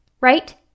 right